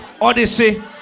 Odyssey